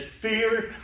fear